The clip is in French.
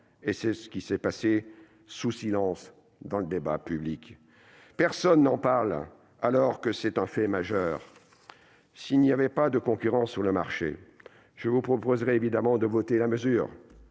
etc. C'est cela qui est passé sous silence dans le débat public. Personne n'en parle, alors qu'il s'agit d'un fait majeur. S'il n'y avait pas de concurrence sur le marché, je vous proposerais évidemment de voter la mesure,